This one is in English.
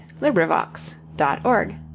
LibriVox.org